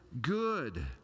good